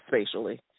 spatially